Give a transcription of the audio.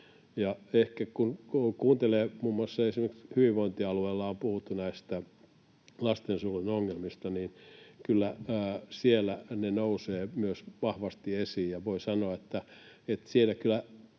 Kun muun muassa hyvinvointialueilla on puhuttu näistä lastensuojelun ongelmista, niin kyllä ne myös siellä nousevat vahvasti esiin.